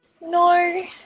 No